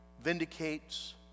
vindicates